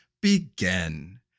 begin